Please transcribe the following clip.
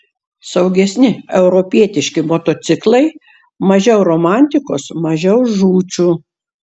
saugesni europietiški motociklai mažiau romantikos mažiau žūčių